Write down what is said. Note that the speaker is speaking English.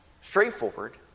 straightforward